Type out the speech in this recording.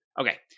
Okay